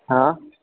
हँ